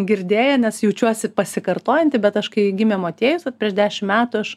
girdėję nes jaučiuosi pasikartojanti bet aš kai gimė motiejus prieš dešim metų aš